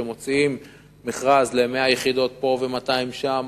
כשמוציאים מכרז ל-100 יחידות פה ו-200 שם,